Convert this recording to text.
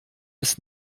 ist